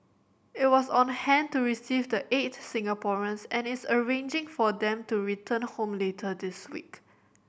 it was on hand to receive the eight Singaporeans and is arranging for them to return home later this week